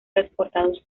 transportados